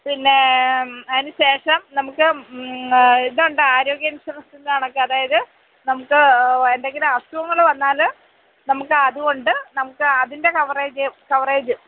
പിന്നെ അതിനു ശേഷം നമുക്ക് ഇതുണ്ട് ആരോഗ്യ ഇൻഷുറൻസിന്റെ കണക്ക് അതായത് നമുക്ക് എന്തെങ്കിലും അസുഖങ്ങൾ വന്നാൽ നമുക്ക് അതുകൊണ്ട് നമുക്ക് അതിന്റെ കവറേജ് കവറേജ്